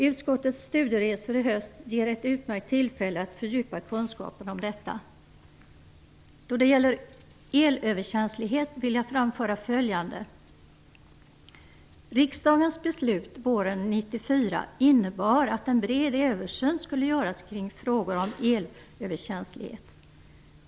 Utskottets studieresor i höst ger ett utmärkt tillfälle till fördjupade kunskaper om detta. Då det gäller elöverkänsligheten vill jag framföra följande. Riksdagens beslut våren 1994 innebar att en bred översyn skulle göras i frågor om elöverkänslighet.